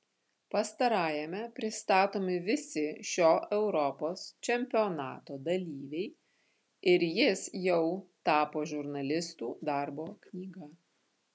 pastarajame pristatomi visi šio europos čempionato dalyviai ir jis jau tapo žurnalistų darbo knyga